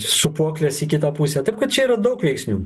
sūpuokles į kitą pusę taip kad čia yra daug veiksnių